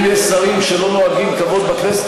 אם יש שרים שלא נוהגים כבוד בכנסת,